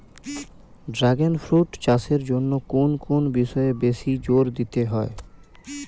Dragon fruit চাষের জন্য কোন কোন বিষয়ে বেশি জোর দিতে হয়?